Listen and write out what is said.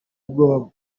ubwoba